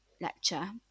lecture